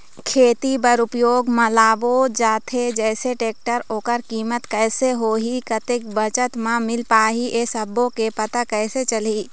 खेती बर उपयोग मा लाबो जाथे जैसे टेक्टर ओकर कीमत कैसे होही कतेक बचत मा मिल पाही ये सब्बो के पता कैसे चलही?